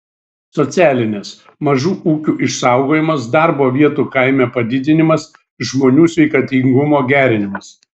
socialinės mažų ūkių išsaugojimas darbo vietų kaime padidinimas žmonių sveikatingumo gerinimas